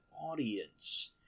audience